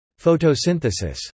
Photosynthesis